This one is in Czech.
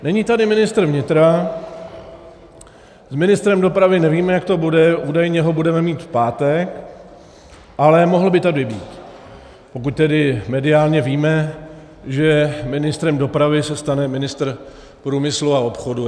Není tady ministr vnitra, s ministrem dopravy nevíme, jak to bude, údajně ho budeme mít v pátek, ale mohl by tady být, pokud tedy mediálně víme, že ministrem dopravy se stane ministr průmyslu a obchodu.